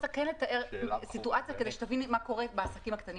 אני רוצה כן לתאר סיטואציה כדי שתביני מה קורה בעסקים הקטנים.